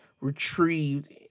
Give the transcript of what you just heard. retrieved